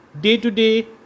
day-to-day